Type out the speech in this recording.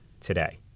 today